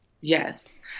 yes